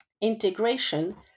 integration